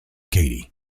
katy